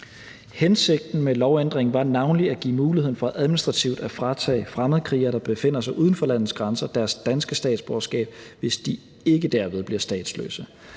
Hensigten med lovændringen var navnlig at give muligheden for administrativt at fratage fremmedkrigere, der befinder sig uden for landets grænser, deres danske statsborgerskab, hvis de ikke derved bliver statsløse.